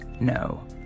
no